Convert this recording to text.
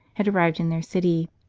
had arrived in their city.